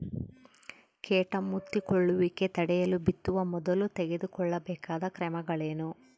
ಕೇಟ ಮುತ್ತಿಕೊಳ್ಳುವಿಕೆ ತಡೆಯಲು ಬಿತ್ತುವ ಮೊದಲು ತೆಗೆದುಕೊಳ್ಳಬೇಕಾದ ಕ್ರಮಗಳೇನು?